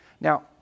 Now